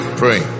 pray